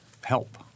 help